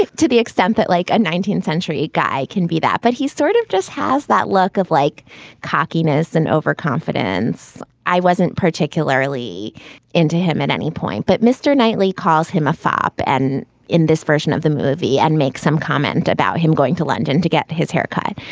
to the extent that, like a nineteenth century guy can be that. but he sort of just has that look of like cockiness and overconfidence i wasn't particularly into him at any point, but mr knightley calls him a fop. and in this version of the movie and make some comment about him going to london to get his haircut,